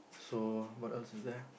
so what else is there